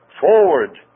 forward